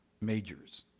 majors